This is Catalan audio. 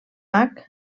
mac